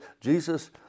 Jesus